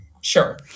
Sure